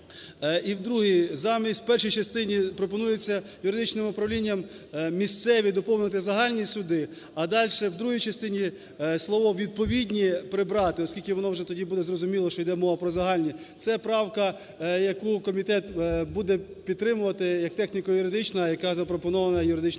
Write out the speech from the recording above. і в другій замість, в першій частині пропонується юридичним управлінням "місцеві" доповнити "загальні суди", а далі в другій частині слово "відповідні" прибрати, оскільки воно вже тоді буде зрозуміло, що йде мова про загальні. Це правка, яку комітет буде підтримувати, як техніко-юридична, яка запропонована юридичним